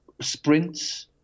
sprints